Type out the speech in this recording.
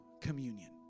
communion